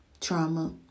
trauma